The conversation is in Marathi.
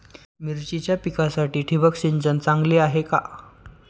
मिरचीच्या पिकासाठी ठिबक सिंचन चांगले आहे का?